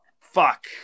Fuck